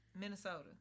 Minnesota